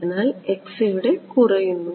അതിനാൽ x ഇവിടെ കുറയുന്നു